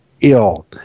ill